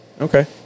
Okay